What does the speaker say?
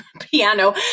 piano